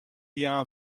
jaan